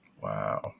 Wow